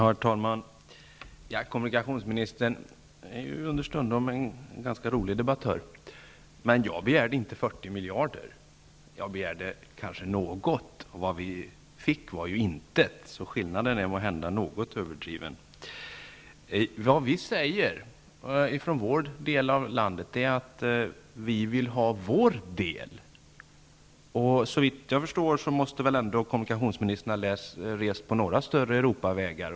Herr talman! Kommunikationsministern är understundom en ganska rolig debattör, men jag måste säga att jag inte begärde 40 miljarder -- jag begärde något, och vad vi fick var intet. Skillnaden är måhända därför något överdriven. Vad vi från vår del av landet säger är att vi vill ha vår del. Såvitt jag förstår måste väl ändå kommunikationsministern ha rest på några större Europavägar.